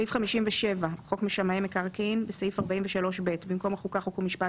בדיור הציבורי תיקון חוק55.